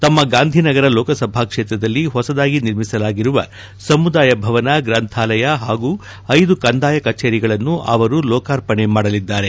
ತಮ್ಮ ಗಾಂಧಿನಗರ ಲೋಕಸಭಾ ಕ್ಷೇತ್ರದಲ್ಲಿ ಹೊಸದಾಗಿ ನಿರ್ಮಿಸಲಾಗಿರುವ ಸಮುದಾಯ ಭವನ ಗ್ರಂಥಾಲಯ ಹಾಗೂ ಐದು ಕಂದಾಯ ಕಚೇರಿಗಳನ್ನು ಅವರು ಲೋಕಾರ್ಪಣೆ ಮಾಡಲಿದ್ದಾರೆ